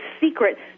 secret